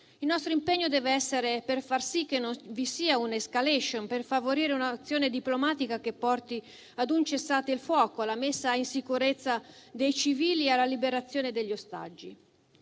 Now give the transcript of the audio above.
Il nostro impegno deve essere orientato ad evitare che vi sia una *escalation*, a favorire un'azione diplomatica che porti ad un cessate il fuoco, alla messa in sicurezza dei civili e alla liberazione degli ostaggi.